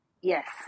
Yes